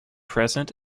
present